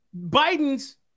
Biden's